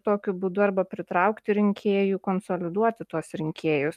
tokiu būdu arba pritraukti rinkėjų konsoliduoti tuos rinkėjus